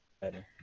Better